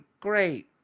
great